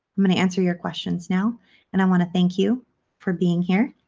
i'm going to answer your questions now and i want to thank you for being here.